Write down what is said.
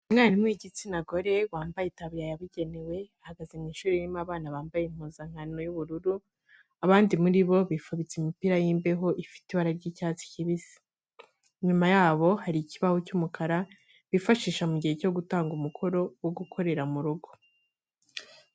Umwarimu w'igitsina gore wambaye itaburiya yabugenewe, ahagaze mu ishuri ririmo abana bambaye impuzankano y'ubururu abandi muri bo bifubitse imipira y'imbeho ifite ibara ry'icyatsi kibisi. Inyuma yabo hari ikibaho cy'umukara bifashisha mu gihe cyo gutanga umukoro wo gukorera mu rugo.